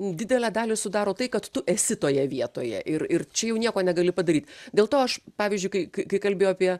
didelę dalį sudaro tai kad tu esi toje vietoje ir ir čia jau nieko negali padaryt dėl to aš pavyzdžiui kai kai kai kalbėjo apie